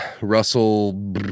Russell